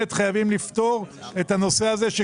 אז באמת חייבים לפתור את הנושא הזה.